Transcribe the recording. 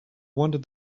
wanted